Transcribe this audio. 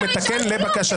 הוא מתקן לבקשתכם.